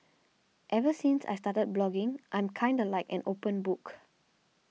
ever since I've started blogging I'm kinda like an open book